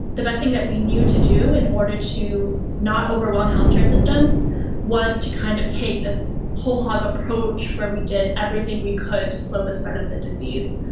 the best thing that we knew to do in order to not overwhelm healthcare systems was to kind of take this whole-hog approach where we did everything we could to slow the spread of disease.